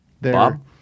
Bob